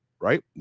Right